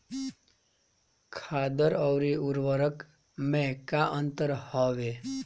खादर अवरी उर्वरक मैं का अंतर हवे?